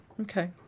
Okay